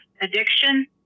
addiction